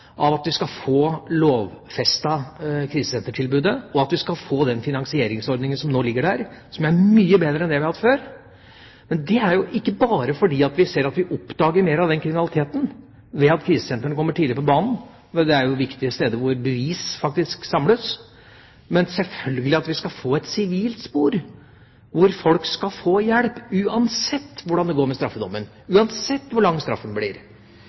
av at vi skal få lovfestet krisesentertilbudet, og at vi skal få den finansieringsordningen som nå ligger der, og som er mye bedre enn det vi har hatt før. Men det er ikke bare fordi vi ser at vi oppdager mer av kriminaliteten ved at krisesentrene kommer tidlig på banen – det er jo viktige steder hvor bevis faktisk samles – men selvfølgelig for at vi skal få et sivilt spor, hvor folk skal få hjelp, uansett hvordan det går med straffedommen, uansett hvor lang straffen blir.